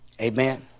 Amen